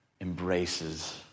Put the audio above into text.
embraces